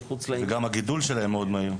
שלוש מאות ששים אלף נפש.